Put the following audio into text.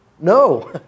No